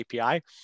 API